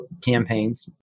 campaigns